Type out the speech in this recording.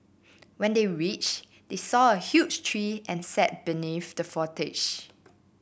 when they reached they saw a huge tree and sat beneath the foliage